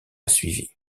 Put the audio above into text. suivi